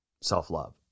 self-love